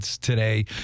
today